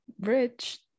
Rich